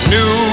New